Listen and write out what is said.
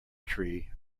tree